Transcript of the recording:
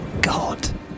God